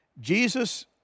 Jesus